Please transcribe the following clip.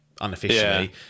unofficially